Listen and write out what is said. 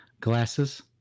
glasses